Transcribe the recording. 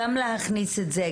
גם להכניס את זה,